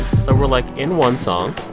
so we're, like, in one song.